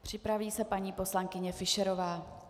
Připraví se paní poslankyně Fischerová.